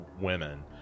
women